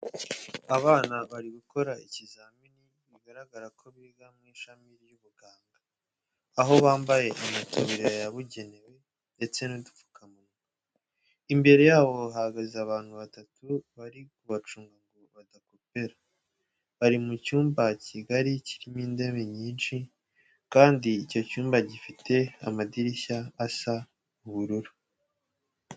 Abantu bari gukora ikizamini bigaragara ko biga mu ishami ry'ubuganga, aho bambaye amataburiya yabugenwe ndetse n'udupfukamunwa. Imbere yabo hahagaze abantu batatu bari kubacunga ngo badakopera. Bari mu cyumba kigari kirimo intebe nyinshi kandi icyo cyumba gifite amadirishya asa ubururu.